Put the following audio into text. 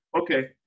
Okay